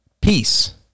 Peace